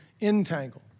entangle